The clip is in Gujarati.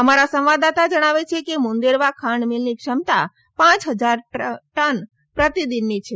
અમારા સંવાદદાતા જણાવે છે કે મુંદેરવા ખાંડ મીલની ક્ષમતા પાંચ હજાર ટન પ્રતિદિનની છે